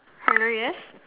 hello yes